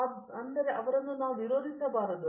ಆದ್ದರಿಂದ ಅವರು ವಿರೋಧಿಸಬಾರದು